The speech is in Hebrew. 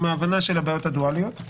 עם ההבנה של הבעיות הדואליות.